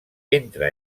entre